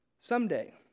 someday